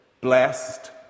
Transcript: Blessed